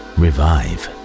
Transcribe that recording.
revive